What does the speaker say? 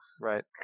Right